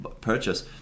purchase